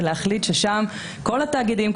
ולהחליט ששם כל התאגידים,